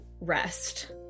rest